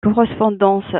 correspondances